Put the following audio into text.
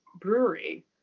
Brewery